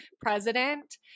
president